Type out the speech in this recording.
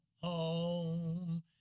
home